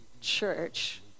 church